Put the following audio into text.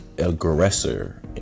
aggressor